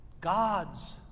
God's